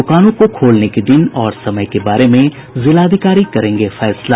दुकानों को खोलने के दिन और समय के बारे में जिलाधिकारी करेंगे फैसला